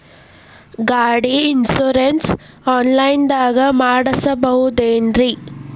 ಗಾಡಿ insurance online ದಾಗ ಮಾಡಸ್ಬಹುದೆನ್ರಿ?